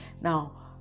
now